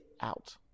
out